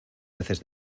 heces